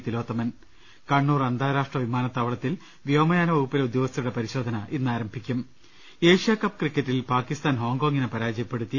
തിലോത്തമൻ കണ്ണൂർ അന്താരാഷ്ട്ര വിമാനത്താവളത്തിൽ വ്യോമയാന വകുപ്പിലെ ഉദ്യോഗ സ്ഥരുടെ പരിശോധന ഇന്ന് ആരംഭിക്കും ഏഷ്യാകപ്പ് ക്രിക്കറ്റിൽ പാകിസ്ഥാൻ ഹോങ്കോങിനെ പരാജയപ്പെടുത്തി